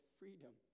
freedom